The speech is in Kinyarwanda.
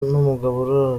n’umugabo